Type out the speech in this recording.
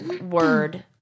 word